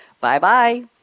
Bye-bye